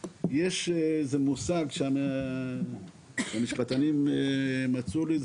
יש מושג שהמשפטנים מצאו לי,